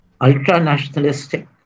ultra-nationalistic